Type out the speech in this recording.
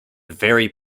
very